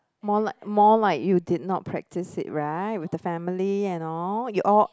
more like more like you did not practice it right with the family and all you all